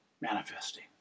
manifesting